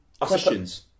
questions